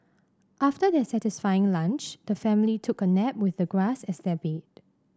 after their satisfying lunch the family took a nap with the grass as their bed